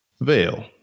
Veil